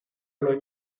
los